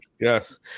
Yes